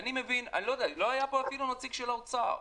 לא היה פה אפילו נציג של האוצר.